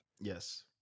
Yes